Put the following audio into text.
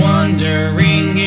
Wondering